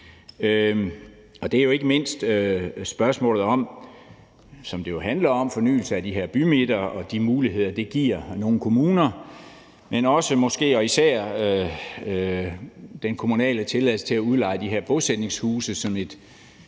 Og det er jo ikke mindst spørgsmålet om fornyelse af de her bymidter, som det jo handler om, og de muligheder, det giver nogle kommuner, men især også den kommunale tilladelse til at udleje de her bosætningshuse som et